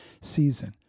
season